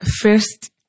First